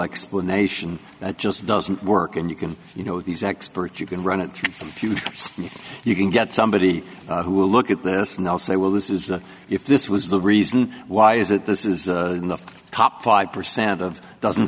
explanation that just doesn't work and you can you know these experts you can run it through computers you can get somebody who will look at this and they'll say well this is if this was the reason why is it this is in the top five percent of doesn't